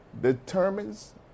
determines